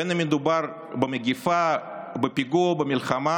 בין אם מדובר במגפה, בפיגוע, במלחמה